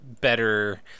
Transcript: better